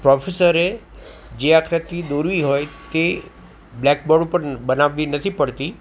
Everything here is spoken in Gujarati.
પ્રોફેસરે જે આકૃતિ દોરવી હોય તે બ્લેક બોર્ડ ઉપર બનાવી નથી પડતી